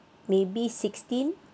maybe sixteen